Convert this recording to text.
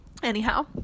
anyhow